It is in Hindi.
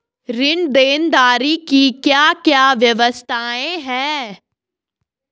ऋण देनदारी की क्या क्या व्यवस्थाएँ हैं?